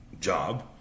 job